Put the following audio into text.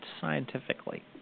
scientifically